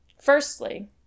firstly